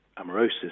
amaurosis